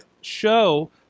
show